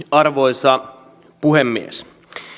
arvoisa puhemies